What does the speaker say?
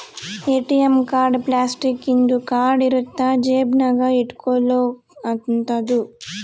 ATM card plastic ಇಂದು card ಇರುತ್ತ ಜೇಬ ನಾಗ ಇಟ್ಕೊಲೊ ಅಂತದು